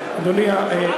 אדוני,